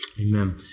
Amen